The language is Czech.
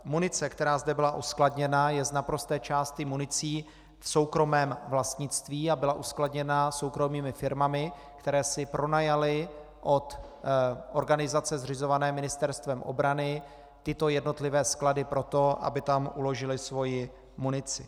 Munice, která zde byla uskladněna, je z naprosté části municí v soukromém vlastnictví a byla uskladněna soukromými firmami, které si pronajaly od organizace zřizované Ministerstvem obrany tyto jednotlivé sklady proto, aby tam uložily svoji munici.